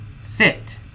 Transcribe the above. sit